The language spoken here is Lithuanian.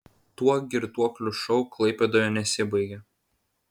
tuo girtuoklių šou klaipėdoje nesibaigė